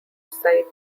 side